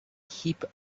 heap